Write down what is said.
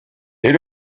est